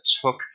took